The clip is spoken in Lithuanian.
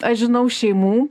aš žinau šeimų